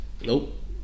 Nope